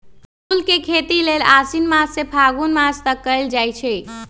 फूल के खेती लेल आशिन मास से फागुन तक कएल जाइ छइ